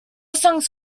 songs